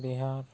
Bihar